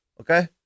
okay